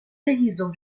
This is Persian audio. هیزم